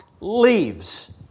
leaves